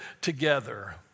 together